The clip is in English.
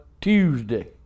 tuesday